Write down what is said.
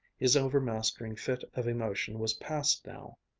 his overmastering fit of emotion was passed now.